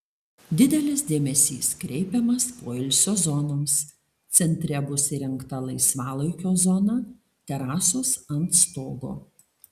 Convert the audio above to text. didelis dėmesys kreipiamas poilsio zonoms centre bus įrengta laisvalaikio zona terasos ant stogo